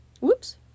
Whoops